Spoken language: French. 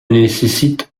nécessite